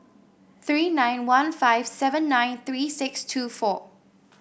three nine one five seven nine three six two four